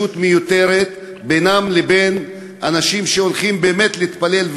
מיותרת בינם לבין אנשים שהולכים באמת להתפלל,